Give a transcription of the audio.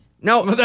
No